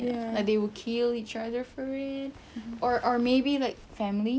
like they will kill each other for it or or maybe like family